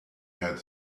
had